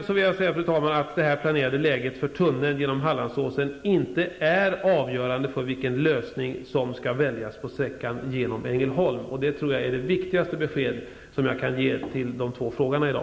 Jag vill slutligen säga att det planerade läget genom Hallandsåsen inte är avgörande för vilken lösning som skall väljas på sträckan genom Ängelholm. Det tror jag är det viktigaste besked som jag kan ge till de två frågeställarna i dag.